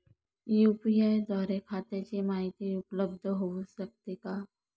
UPI द्वारे खात्याची माहिती उपलब्ध होऊ शकते का?